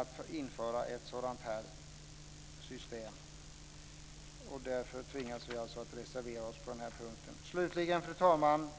att införa ett sådant system. Därför tvingas vi reservera oss på den här punkten. Fru talman!